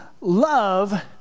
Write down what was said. love